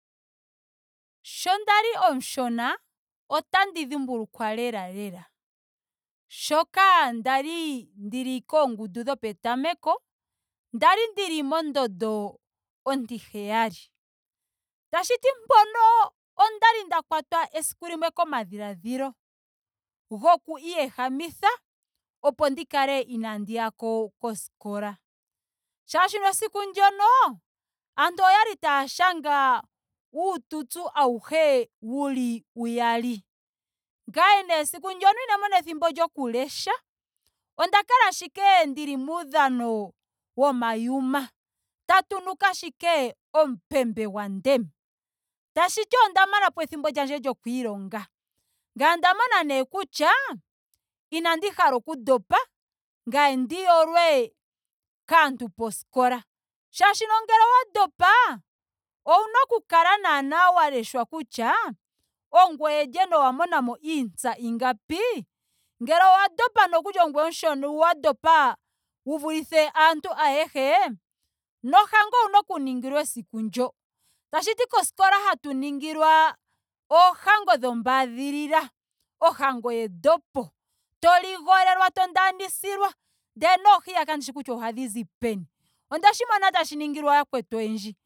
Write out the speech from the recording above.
Sho ndali omushona otandi dhimbulukwa lela lela shoka ndali ndili koongundu dhopetameko. kwali ndili mondondo ontiheyali. Tashiti mpono esiku limwe okwali nda kwatwa komadhiladhilo goku iyehamitha opo ndi kale inaandiyako koskola. Molwaashoka esiku ndyoka aantu okwali taya shanga uututsu auhe uli uyali. Ngame nee siku ndyoka inandi mona ethimbo lyoku lesha. onda kala ashike ndili muudhano womayuma. Tatu nuka ashike omupembe gwa ndema. Tashiti onda manapo ethimbo lyandje lyoku ilonga. Ngame onda mona nee kutya inandi hala oku ndopa ngame ndi yolwe kaantu poskola. Molwaashoka ngele owa ndopa ouna naana oku kala wa leshwa kutya ongweye lye nowa monamo iitsa ingapi. Ngele owa ndopa nokuli ongweye omushona wa ndopa wu vulithe aantu ayehe. nohango ouna oku ningilwa esiku ndyoka. Tashiti koskola hatu nngilwa oohango dhombaadhilila. ohango yendopo. to ligolelwa. to ndaanisilwa. ndee noohiy kandishi kutya ohadhi zi peni. Ondeshi mona tashi ningilwa yakwetu oyendji.